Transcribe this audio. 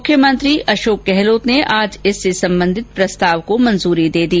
मुख्यमंत्री अशोक गहलोत ने आज इससे सम्बन्धित प्रस्ताव को मंजूरी दी